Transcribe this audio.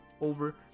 over